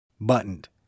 buttoned